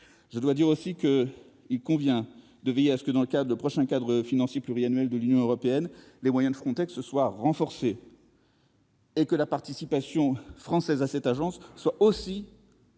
peut entraîner. Il convient de veiller à ce que, dans le prochain cadre financier pluriannuel de l'Union européenne, les moyens de Frontex soient renforcés et que la participation française à cette agence soit importante